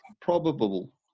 probable